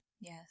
Yes